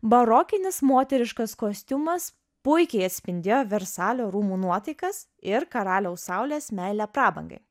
barokinis moteriškas kostiumas puikiai atspindėjo versalio rūmų nuotaikas ir karaliaus saulės meilę prabangai